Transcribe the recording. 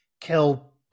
kill